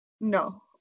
no